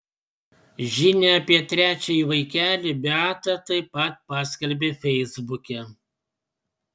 žinią apie trečiąjį vaikelį beata taip pat paskelbė feisbuke